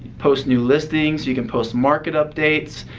post new listings, you can post market updates,